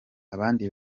abandi